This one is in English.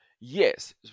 Yes